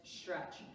stretch